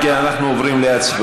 אם כן, אנחנו עוברים להצבעה.